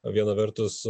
viena vertus